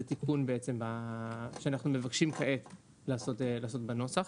וזה התיקון שאנחנו מבקשים כעת לעשות בנוסח.